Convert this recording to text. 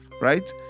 right